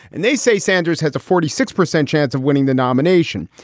and they say sanders has a forty six percent chance of winning the nomination.